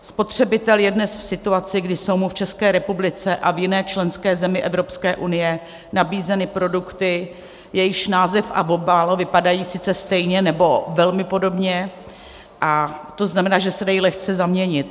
Spotřebitel je dnes v situaci, kdy jsou mu v České republice a v jiné členské zemi Evropské unie nabízeny produkty, jejichž název a obal vypadají sice stejně nebo velmi podobně, a to znamená, že se dají lehce zaměnit.